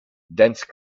dense